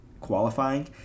qualifying